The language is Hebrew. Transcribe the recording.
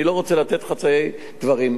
אני לא רוצה לתת חצאי דברים.